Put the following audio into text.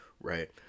right